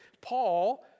Paul